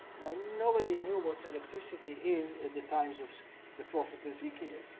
now nobody knew what electricity is at the times of the prophet ezekiel.